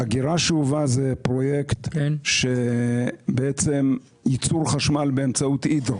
אגירה שאובה זה פרויקט של ייצור חשמל באמצעות הידרו,